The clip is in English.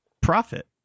profit